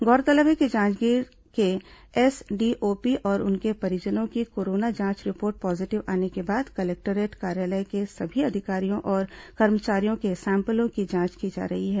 गौरतलब है कि जांजगीर के एसडीओपी और उनके परिजनों की कोरोना जांच रिपोर्ट पॉजीटिव आने के बाद कलेक्टोरेट कार्यालय अधिकारियों और कर्मचारियों के सैंपलों की जांच की जा रही है